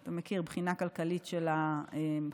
אתה מכיר, בחינה כלכלית של החלופות.